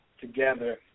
together